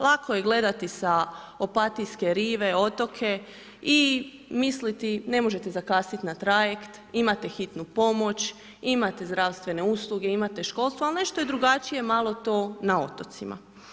Lako je gledati sa Opatijske rive otoke i misliti ne možete zakasniti na trajekt, imate hitnu pomoć, imate zdravstvene usluge, imate školstvo ali nešto je drugačije malo to na otocima.